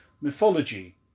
Mythology